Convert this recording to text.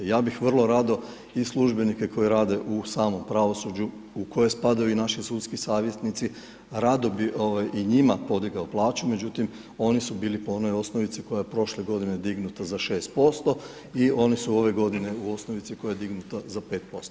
Ja bi vrlo rado i službenike koji rade u samom pravosuđu u koje spadaju i naši sudski savjetnici, rado bi i njima podigao plaću međutim, oni su bili po onoj osnovici koja je prošle godine, dignuta za 6% i oni su ove godine u osnovici koja je dignuta za 5%